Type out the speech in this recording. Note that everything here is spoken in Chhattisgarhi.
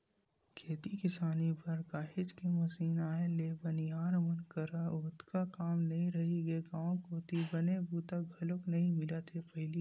खेती किसानी बर काहेच के मसीन आए ले बनिहार मन करा ओतका काम नइ रहिगे गांव कोती बने बूता घलोक नइ मिलत हे पहिली जइसे